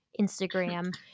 Instagram